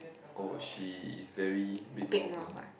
oh she is very big mouth one